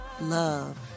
love